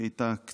היא הייתה קצרה.